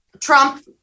trump